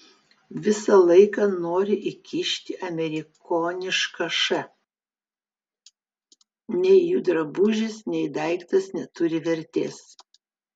visą laiką nori įkišti amerikonišką š nei jų drabužis nei daiktas neturi vertės